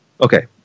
Okay